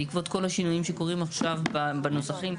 בעקבות כל השינויים שקורים עכשיו בנוסחים,